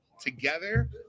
together